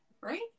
right